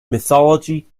mythology